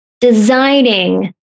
designing